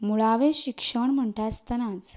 मुळावें शिक्षण म्हणटा आसतनाच